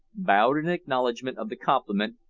bowed in acknowledgment of the compliment,